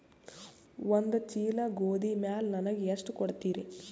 ಒಂದ ಚೀಲ ಗೋಧಿ ಮ್ಯಾಲ ನನಗ ಎಷ್ಟ ಕೊಡತೀರಿ?